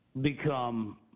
become